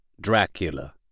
Dracula